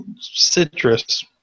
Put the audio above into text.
citrus